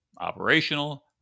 operational